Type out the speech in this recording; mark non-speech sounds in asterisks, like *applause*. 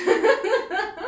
*laughs*